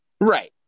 right